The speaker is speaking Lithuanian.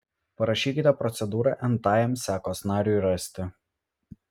parašykite procedūrą n tajam sekos nariui rasti